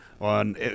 on